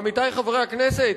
עמיתי חברי הכנסת,